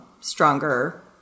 stronger